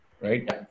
Right